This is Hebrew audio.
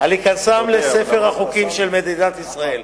על היכנסם לספר החוקים של מדינת ישראל.